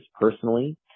personally